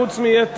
חוץ מ,